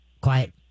quiet